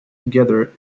together